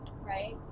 right